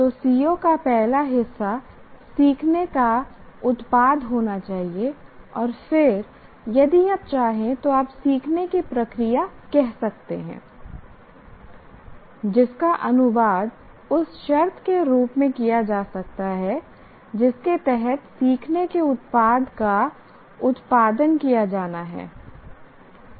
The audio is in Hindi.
तो CO का पहला हिस्सा सीखने का उत्पाद होना चाहिए और फिर यदि आप चाहें तो आप सीखने की प्रक्रिया कह सकते हैं जिसका अनुवाद उस शर्त के रूप में किया जा सकता है जिसके तहत सीखने के उत्पाद का उत्पादन किया जाना है